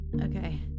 okay